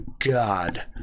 god